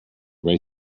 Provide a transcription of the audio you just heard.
break